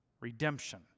redemption